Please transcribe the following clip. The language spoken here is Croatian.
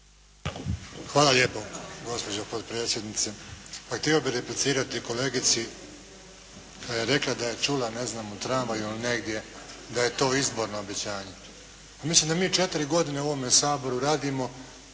Hvala lijepo gospođo potpredsjednice. Pa htio bih replicirati kolegici koja je rekla da je čula, ne znam u tramvaju ili negdje, da je to izborno obećanje. Mislim da mi četiri godine u ovome Saboru radimo